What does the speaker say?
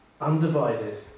Undivided